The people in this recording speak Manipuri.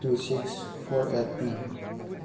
ꯇꯨ ꯁꯤꯛꯁ ꯐꯣꯔ ꯑꯩꯠꯅꯤ